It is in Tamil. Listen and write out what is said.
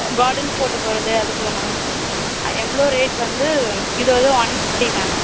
கார்டன்ஸ் போட்டு போகிறது அதுக்குதானே மேம் எவ்வளோ ரேட் வந்து இது வந்து ஒன் ஃபிஃப்ட்டி மேம்